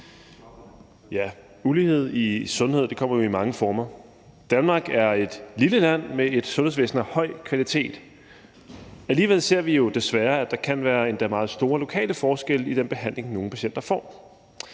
Ulighed i sundhed kommer i mange former. Danmark er et lille land med et sundhedsvæsen af høj kvalitet. Alligevel ser vi jo desværre, at der kan være endda meget store lokale forskelle i den behandling, nogle patienter får.